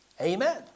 Amen